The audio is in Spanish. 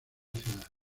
ciudad